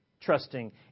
trusting